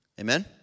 amen